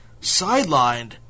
sidelined